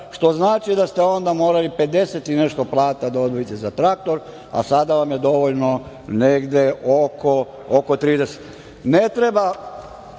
što znači da ste onda morali pedeset i nešto plata da odvojite za traktor a sada je dovoljno negde oko 30.Ne